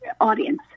audience